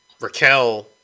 Raquel